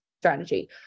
strategy